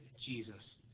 Jesus